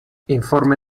informe